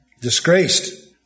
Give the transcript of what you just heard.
disgraced